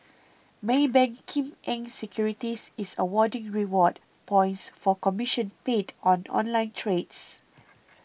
Maybank Kim Eng Securities is awarding reward points for commission paid on online trades